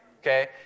Okay